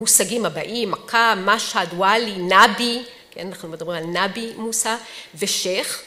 מושגים הבאים: מקה, משה, דואלי, נבי, כן אנחנו מדברים על נבי מוסה ושייח.